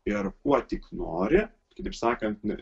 ir kuo tik nori kitaip sakant